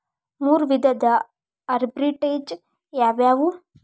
ಮೂರು ವಿಧದ ಆರ್ಬಿಟ್ರೆಜ್ ಯಾವವ್ಯಾವು?